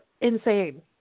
insane